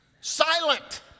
silent